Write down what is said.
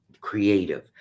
creative